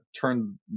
turn